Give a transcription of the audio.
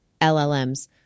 LLMs